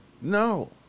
No